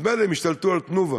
אז מילא, הם השתלטו על "תנובה".